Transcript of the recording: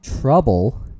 trouble